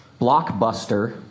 Blockbuster